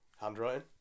handwriting